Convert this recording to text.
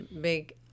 big